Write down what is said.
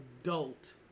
adult